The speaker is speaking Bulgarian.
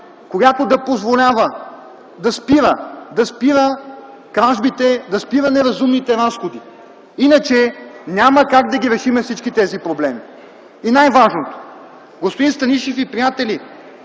която да позволява да спира кражбите, да спира неразумните разходи, иначе няма как да решим всички тези проблеми. Най-важното, господин Станишев и приятели